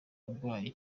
urwaye